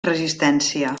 resistència